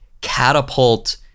catapult